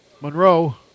Monroe